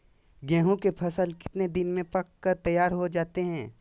गेंहू के फसल कितने दिन में पक कर तैयार हो जाता है